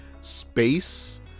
space